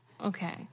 Okay